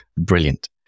brilliant